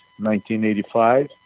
1985